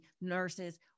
nurses